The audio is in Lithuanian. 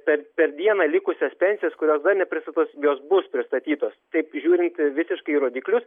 per per dieną likusias pensijas kurios dar nepristatytos jos bus pristatytos taip žiūrint visiškai į rodiklius